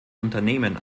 unternehmen